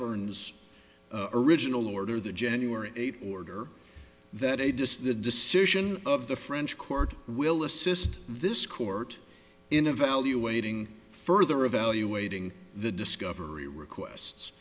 byrne's original order the january eighth order that a distant decision of the french court will assist this court in evaluating further evaluating the discovery request